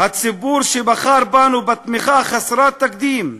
הציבור שבחר בנו בתמיכה חסרת תקדים,